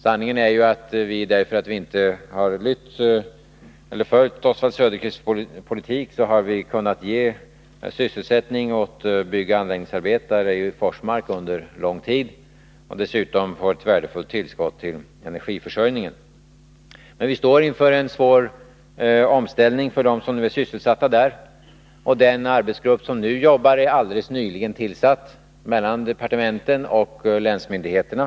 Sanningen är ju den att vi, därför att vi inte har följt Oswald Söderqvists politik, har kunnat ge byggoch anläggningsarbetare sysselsättning i Forsmark under en lång tid. Dessutom har vi fått ett värdefullt tillskott när det gäller energiförsörjningen. Men vi står inför det faktum att det kommer att bli en svår omställning för dem som är sysselsatta där. Den arbetsgrupp som nu jobbar tillsattes helt nyligen. Den består av företrädare för departementen och länsmyndigheterst na.